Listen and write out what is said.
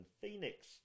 Phoenix